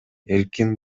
эркин